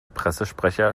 pressesprecher